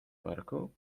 parku